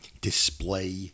display